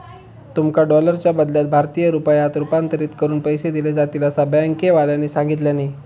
तुमका डॉलरच्या बदल्यात भारतीय रुपयांत रूपांतरीत करून पैसे दिले जातील, असा बँकेवाल्यानी सांगितल्यानी